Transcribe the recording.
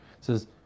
says